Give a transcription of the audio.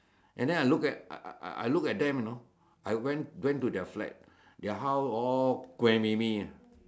and then I look at I I I look at them you know I went went to their flat you know their house all ah